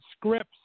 scripts